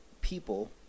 people